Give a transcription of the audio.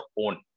own